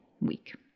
week